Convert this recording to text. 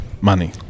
money